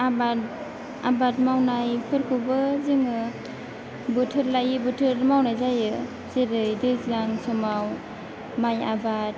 आबाद आबाद मावनायफोरखौबो जोङो बोथोर लायै बोथोर मावनाय जायो जेरै दैज्लां समाव माइ आबाद